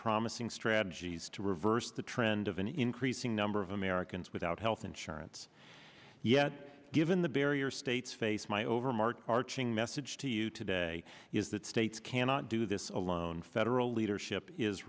promising strategies to reverse the trend of an increasing number of americans without health insurance yet given the barrier states face my over mark arching message to you today is that states cannot do this alone federal leadership is